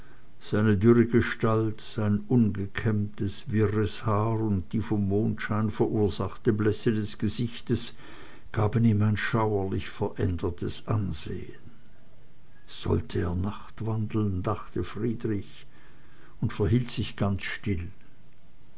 seine dürre gestalt sein ungekämmtes wirres haar und die vom mondschein verursachte blässe des gesichts gaben ihm ein schauerlich verändertes ansehen sollte er nachtwandeln dachte friedrich und verhielt sich ganz still